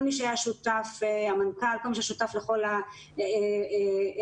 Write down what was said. כל מי שהיה שותף לכל ההיערכות,